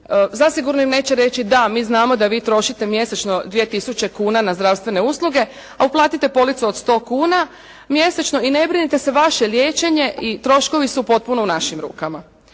Zasigurno im neće reći da, mi znamo da vi trošite mjesečno 2 tisuće kuna na zdravstvene usluge, a uplatite policu od 100 kuna mjesečno i ne brinite se vaše liječenje i troškovi su potpuno u našim rukama.